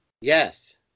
yes